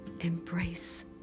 Embrace